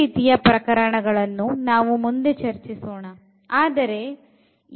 ಈ ರೀತಿಯ ಪ್ರಕರಣಗಳನ್ನು ನಾವು ಮುಂದೆ ಚರ್ಚಿಸೋಣ